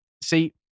See